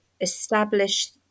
establish